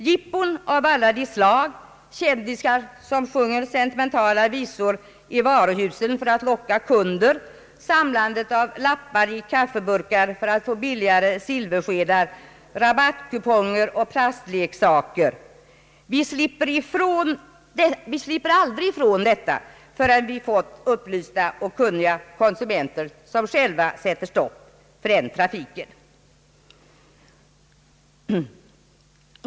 Jippon av olika slag, kändisar som sjunger sentimentala visor i varuhusen för att locka kunder, samlandet av lappar i kaffeburkar för att få billigare silverskedar, rabattkuponger och plastleksaker slipper vi aldrig ifrån, förrän vi fått upplysta och kunniga konsumenter som själva sätter stopp för den trafiken.